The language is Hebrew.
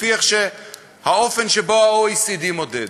לפי האופן שבו ה-OECD מודד.